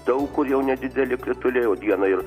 daug kur jau nedideli krituliai o dieną ir